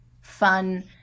fun